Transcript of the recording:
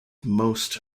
most